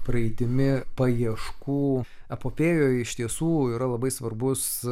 praeitimi paieškų epopėjoj iš tiesų yra labai svarbus